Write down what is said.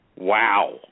Wow